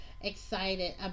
excited